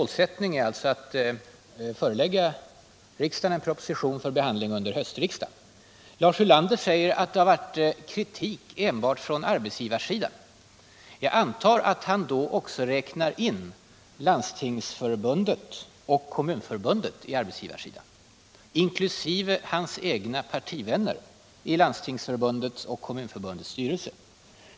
Lars Ulander säger att det har varit kritik enbart från arbetsgivarsidan. Jag antar att han då räknar in Landstingsförbundet och Kommunförbundet i arbetsgivarsidan, inkl. sina egna partivänner i Landstingsförbundets och Kommunförbundets styrelser.